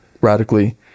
radically